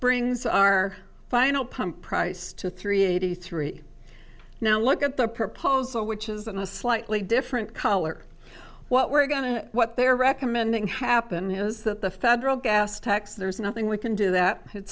brings our final pump price to three eighty three now look at the proposal which is in a slightly different color what we're going to what they're recommending happen is that the federal gas tax there's nothing we can do that it